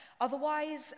Otherwise